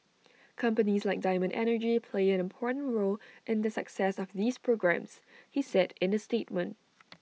companies like diamond energy play an important role in the success of these programmes he said in A statement